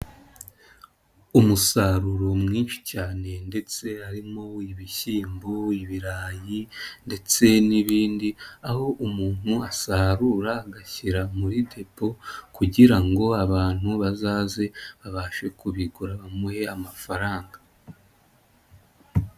Umusaruro mwinshi cyane ndetse harimo ibishyimbo, ibirayi ndetse n'ibindi, aho umuntu asarura agashyira muri depo kugira ngo abantu bazaze babashe kubigura bamuhe amafaranga.